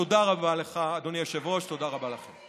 תודה רבה לך, אדוני היושב-ראש, תודה רבה לכם.